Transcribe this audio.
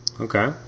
Okay